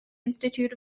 institute